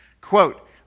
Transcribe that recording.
Quote